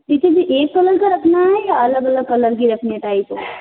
किसी भी एक कलर का रखना है या अलग अलग कलर की रखनी है टाई को